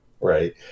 Right